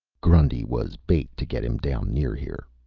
grundy was bait to get him down near here.